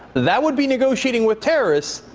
that would be negotiating with terrorists,